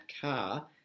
car